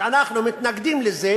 שאנחנו מתנגדים לזה